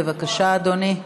בבקשה, אדוני.